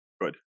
Good